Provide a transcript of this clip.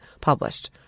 published